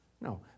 No